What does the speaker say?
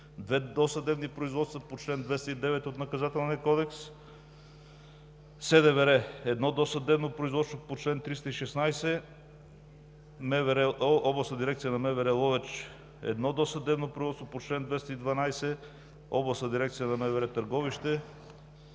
– 2 досъдебни производства по чл. 209 от Наказателния кодекс; СДВР – 1 досъдебно производство по чл. 316, Областна дирекция на МВР Ловеч – 1 досъдебно производство по чл. 212; Областна дирекция на МВР Търговище